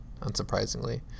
unsurprisingly